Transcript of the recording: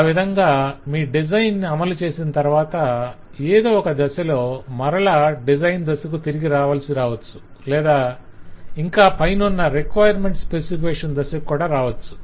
ఆ విధంగా మీ డిజైన్ ని అమలు చేసిన తరవాత ఏదో ఒక దశలో మరల డిజైన్ దశకు తిరిగి రావలసిరావచ్చు లేదా ఇంకా పైనున్న రేకిరెమేనట్స్ స్పెసిఫికేషన్ దశకు కుడా రావచ్చు